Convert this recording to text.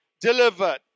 delivered